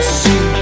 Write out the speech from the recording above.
see